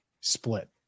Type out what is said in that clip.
split